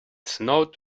snowed